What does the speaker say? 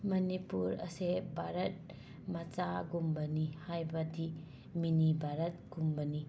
ꯃꯅꯤꯄꯨꯔ ꯑꯁꯦ ꯕꯥꯔꯠ ꯃꯆꯥꯒꯨꯝꯕꯅꯤ ꯍꯥꯏꯕꯗꯤ ꯃꯤꯅꯤ ꯕꯥꯔꯠꯀꯨꯝꯕꯅꯤ